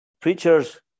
preachers